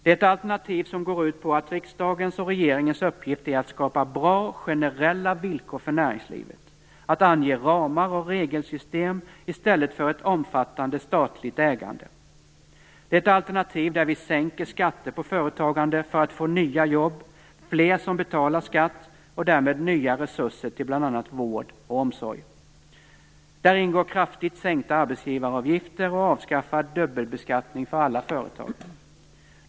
Det är ett alternativ som går ut på att riksdagens och regeringens uppgift är att skapa bra generella villkor för näringslivet och att ange ramar och regelsystem i stället för att ha ett omfattande statligt ägande. Det är ett alternativ där vi sänker skatter på företagande för att få nya jobb, fler som betalar skatt och därmed nya resurser till bl.a. vård och omsorg. Där ingår kraftigt sänkta arbetsgivaravgifter och avskaffad dubbelbeskattning för alla företag.